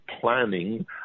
planning